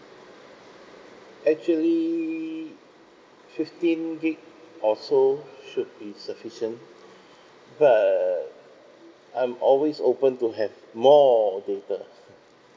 actually fifteen G_B or so should be sufficient but I'm always open to have more of data